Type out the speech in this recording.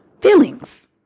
feelings